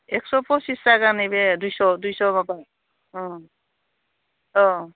एक्स' फसिस जागोन नैबे दुइस' दुइस' जागोन औ